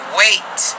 wait